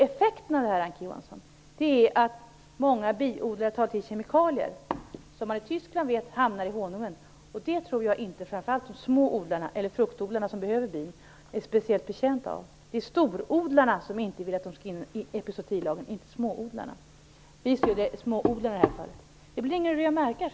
Effekten av detta, Ann Kristine Johansson, är att många biodlare tar till kemikalier. I Tyskland vet man att de hamnar i honungen. Jag tror inte att de små odlarna eller fruktodlarna som behöver bina är speciellt betjänta av detta. Det är storodlarna som inte vill att bina skall omfattas av epizootilagen och inte småodlarna. Vi stöder småodlarna i det här fallet.